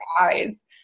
eyes